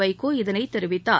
வைகோ இதனைத் தெரிவித்தார்